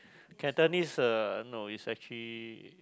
Cantonese uh no is actually